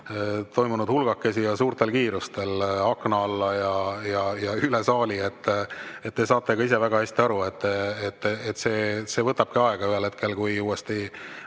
toimunud hulgakesi ja suurtel kiirustel akna alla ja üle saali. Te saate ka ise väga hästi aru, et see võtabki aega, et uuesti